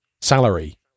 salary